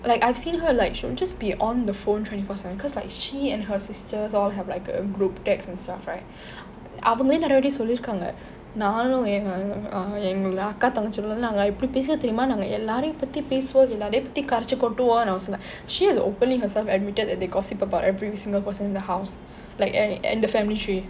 like I've seen her like she will just be on the phone twenty four seven cause like she and her sisters all have like a group text and stuff right அவங்களே நெறைய வாட்டி சொல்லிருக்காங்க நானும் எங்க அக்கா தங்கச்சிகளும் நாங்க எப்படி பேசுவோம் தெரியுமா நாங்க எல்லாரியும் பத்தி பேசுவோம் எல்லாரியும் பத்தி கராச்சி கொட்டுவோம்:avangale neraiya vaatti sollirukkaanga naanum enga akka thangachigalum naanga eppadi pesuvom theriyuma naanga ellareiyum patthi pesuvom ellareiyum patthi karachi kottuvom she has openly herself admitted that they gossip about every single person in the house like in in the family tree